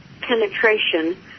penetration